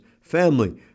family